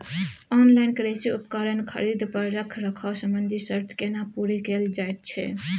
Online कृषि उपकरण खरीद पर रखरखाव संबंधी सर्त केना पूरा कैल जायत छै?